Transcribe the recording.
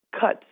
cuts